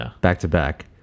back-to-back